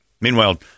Meanwhile